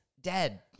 dead